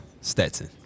Stetson